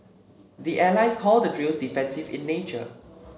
the allies call the drills defensive in nature